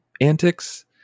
antics